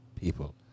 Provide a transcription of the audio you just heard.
people